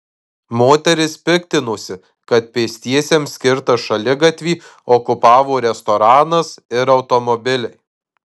moteris piktinosi kad pėstiesiems skirtą šaligatvį okupavo restoranas ir automobiliai